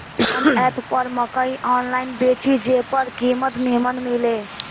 कवन एप पर मकई आनलाइन बेची जे पर कीमत नीमन मिले?